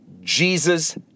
Jesus